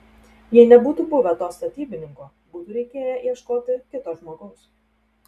jei nebūtų buvę to statybininko būtų reikėję ieškoti kito žmogaus